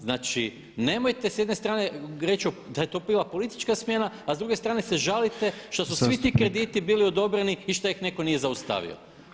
Znači nemojte s jedne strane reći da je to bila politička smjena a s druge strane se žalite što su svi ti krediti bili odobreni šta ih netko nije zaustavio.